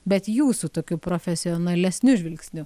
bet jūsų tokiu profesionalesniu žvilgsniu